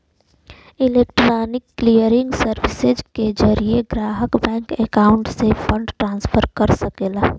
electronic clearing services के जरिये ग्राहक बैंक अकाउंट से फंड ट्रांसफर कर सकला